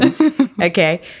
okay